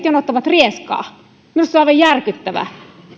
jonottavat rieskaa minusta se on aivan järkyttävää